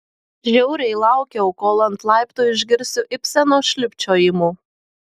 žiauriai laukiau kol ant laiptų išgirsiu ibseno šlubčiojimų